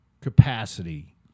capacity